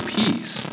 peace